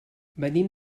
venim